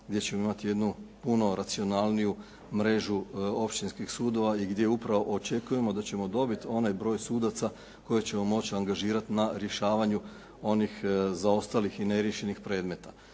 gdje ćemo imati jednu puno racionalniju mrežu općinskih sudova i gdje upravo očekujemo da ćemo dobiti onaj broj sudaca koje ćemo moći angažirati na rješavanju onih zaostalih i neriješenih predmeta.